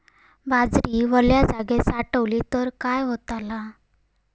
बाजरी वल्या जागेत साठवली तर काय होताला?